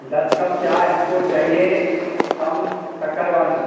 दस कप चाय हमको चाहिए कम शक्कर वाली